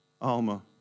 Alma